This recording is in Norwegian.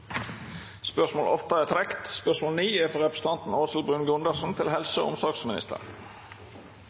Spørsmål 8, fra representanten Kjersti Toppe til helse- og omsorgsministeren,